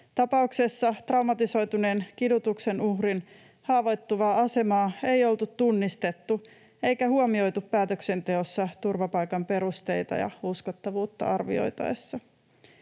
Tapauksessa traumatisoituneen kidutuksen uhrin haavoittuvaa asemaa ei oltu tunnistettu eikä huomioitu päätöksenteossa turvapaikan perusteita ja uskottavuutta arvioitaessa.